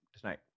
tonight